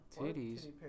Titties